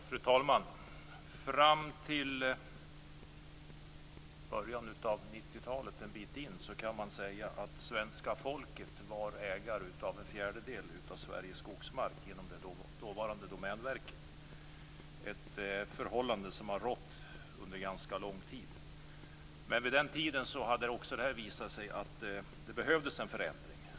Fru talman! Man kan säga att svenska folket fram till början av 1990-talet var ägare till en fjärdedel av Sveriges skogsmark genom det dåvarande Domänverket - ett förhållande som har rått under ganska lång tid. Vid den tiden visade det sig att det behövdes en förändring.